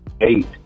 eight